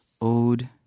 Ode